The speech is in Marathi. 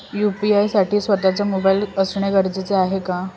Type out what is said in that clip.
यू.पी.आय साठी स्वत:चा मोबाईल असणे गरजेचे आहे का?